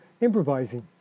improvising